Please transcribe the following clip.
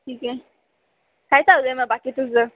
ठीक आहे काय चालू आहे मग बाकी तुझं